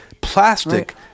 plastic